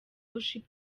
worship